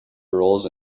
girls